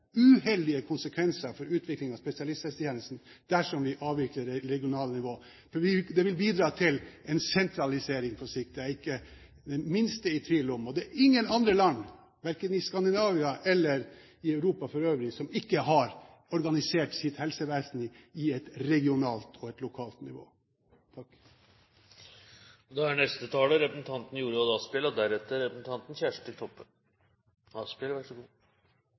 uheldige konsekvenser for utviklingen av spesialisthelsetjenesten dersom vi avvikler det regionale nivå. Det vil bidra til en sentralisering på sikt – det er jeg ikke det minste i tvil om. Det er ingen andre land, verken i Skandinavia eller i Europa for øvrig, som ikke har organisert sitt helsevesen i et regionalt og et lokalt nivå. Vi lever i et land som har et godt velferdssamfunn, og